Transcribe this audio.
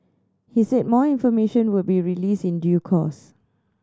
he said more information would be released in due course